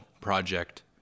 project